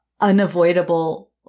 unavoidable